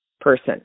person